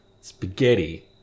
Spaghetti